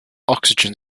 oxygen